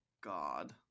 god